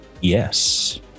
Yes